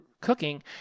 cooking